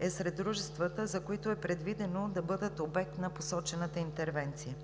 е сред дружествата, за които е предвидено да бъдат обект на посочената интервенция.